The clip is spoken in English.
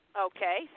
Okay